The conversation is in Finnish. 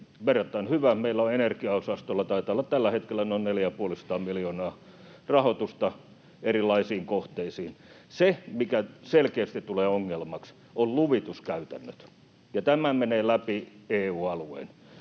verrattain hyvä. Meillä energiaosastolla taitaa olla tällä hetkellä noin neljä‑ ja puolisataa miljoonaa rahoitusta erilaisiin kohteisiin. Se, mikä selkeästi tulee ongelmaksi, on luvituskäytännöt, ja tämä menee läpi EU-alueen.